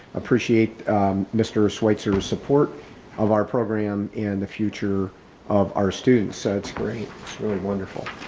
appreciate mr. ah schweitzer ah support of our program and the future of our students. so it's great it's really wonderful.